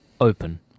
open